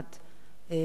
בנושא הזה.